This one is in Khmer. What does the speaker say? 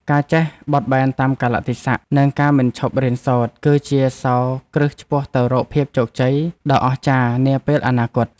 ការចេះបត់បែនតាមកាលៈទេសៈនិងការមិនឈប់រៀនសូត្រ គឺជាសោរគ្រឹះឆ្ពោះទៅរកភាពជោគជ័យដ៏អស្ចារ្យនាពេលអនាគត។